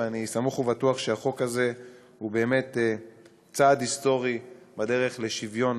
אני סמוך ובטוח שהחוק הזה הוא באמת צעד היסטורי בדרך לשוויון